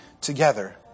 together